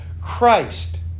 Christ